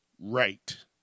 right